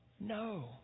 No